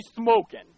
smoking